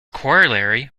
corollary